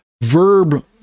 verb